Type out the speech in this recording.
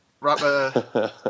rapper